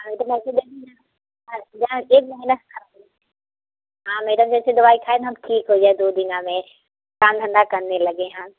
अरे तो मैडम एक महीना हाँ मैडम जैसे दवाई खाएँ तो हम ठीक हो जाएँ दो दिना में काम धंधा करने लगे हम